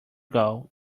goal